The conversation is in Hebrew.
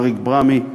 אריק ברמי,